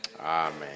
Amen